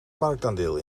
marktaandeel